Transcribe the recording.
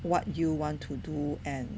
what you want to do and